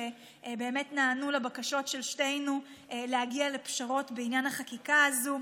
שבאמת נענו לבקשות של שתינו להגיע לפשרות בעניין החקיקה הזו,